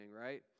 right